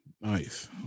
Nice